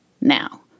now